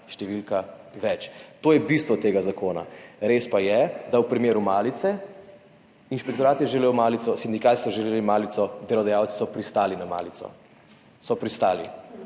številka več. To je bistvo tega zakona. Res pa je, da je v primeru malice inšpektorat želel malico, sindikati so želeli malico, delodajalci so pristali na malico. Nam